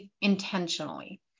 intentionally